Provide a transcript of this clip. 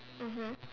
mmhmm